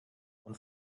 und